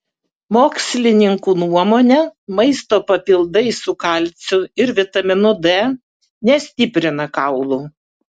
mokslininkų nuomone maisto papildai su kalciu ir vitaminu d nestiprina kaulų